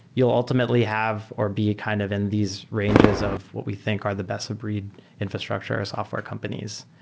you will ultimately have or be kind of in these ranges of what we think are the best of breed infrastructure or software companies.